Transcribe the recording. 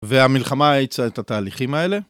והמלחמה האיצה את התהליכים האלה.